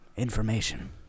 information